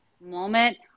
moment